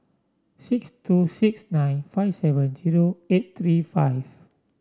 six two six nine five seven zero eight three five